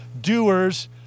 doers